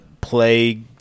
play